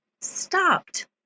stopped